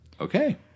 Okay